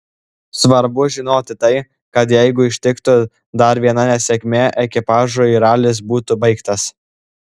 svarbu žinoti tai kad jeigu ištiktų dar viena nesėkmė ekipažui ralis būtų baigtas